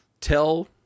tell